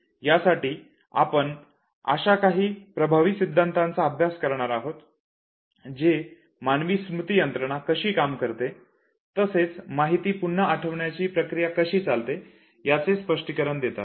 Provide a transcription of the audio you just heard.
यासाठी आपण अशा काही प्रभावी सिद्धांताचा अभ्यास करणार आहोत जे मानवी स्मृती यंत्रणा कशी काम करते तसेच माहिती पुन्हा आठवण्याची प्रक्रिया कशी चालते याचे स्पष्टीकरण देतात